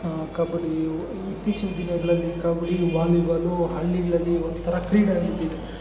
ಕಬಡ್ಡಿ ಇತ್ತೀಚಿನ ದಿನಗಳಲ್ಲಿ ಕಬಡ್ಡಿ ವಾಲಿಬಾಲು ಹಳ್ಳಿಗಳಲ್ಲಿ ಒಂಥರ ಕ್ರೀಡೆಯಾಗಿಬಿಟ್ಟಿದೆ